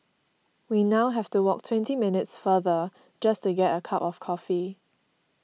we now have to walk twenty minutes farther just to get a cup of coffee